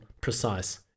precise